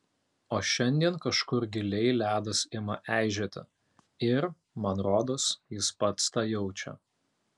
o šiandien kažkur giliai ledas ima eižėti ir man rodos jis pats tą jaučia